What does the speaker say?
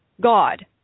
god